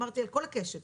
אמרתי על כל הקשת,